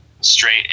straight